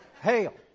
hail